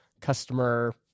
customer